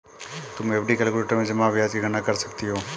तुम FD calculator में जमा ब्याज की गणना कर सकती हो